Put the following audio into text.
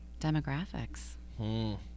demographics